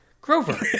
Grover